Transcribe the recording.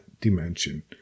dimension